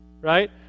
right